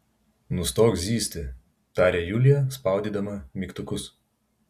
nustok zyzti tarė julija spaudydama mygtukus